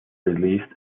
released